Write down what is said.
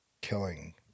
killing